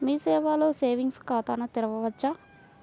మీ సేవలో సేవింగ్స్ ఖాతాను తెరవవచ్చా?